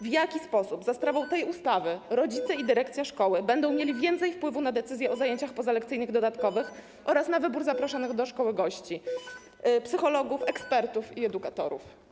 W jaki sposób za sprawą tej ustawy rodzice i dyrekcja szkoły będą mieli więcej wpływu na decyzje o zajęciach pozalekcyjnych dodatkowych oraz na wybór zapraszanych do szkoły gości - psychologów, ekspertów i edukatorów?